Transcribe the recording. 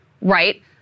right